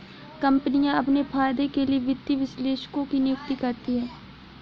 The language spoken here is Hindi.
कम्पनियाँ अपने फायदे के लिए वित्तीय विश्लेषकों की नियुक्ति करती हैं